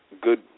good